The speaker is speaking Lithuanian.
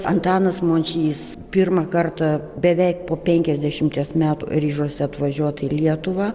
antanas mončys pirmą kartą beveik po penkiasdešimies metų ryžosi atvažiuoti į lietuvą